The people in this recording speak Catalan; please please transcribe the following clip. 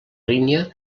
línia